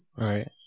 Right